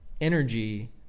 energy